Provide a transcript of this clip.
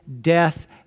death